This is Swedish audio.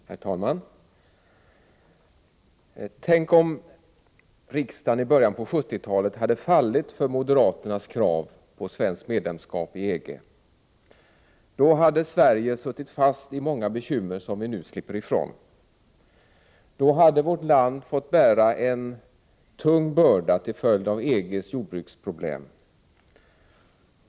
Herr talman! Tänk om riksdagen i början av 1970-talet hade fallit för moderaternas krav på svenskt medlemskap i EG. Då hade Sverige suttit fast i många bekymmer som vi nu slipper ifrån. Då hade vårt land fått bära en tung börda till följd av EG:s jordbruksproblem.